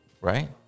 Right